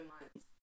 months